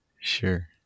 Sure